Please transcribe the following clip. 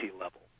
level